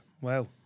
Wow